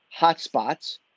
Hotspots